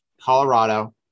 colorado